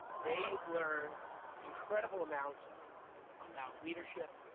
they learn incredible amounts ah about leadership,